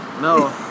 No